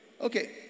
Okay